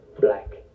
Black